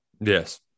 Yes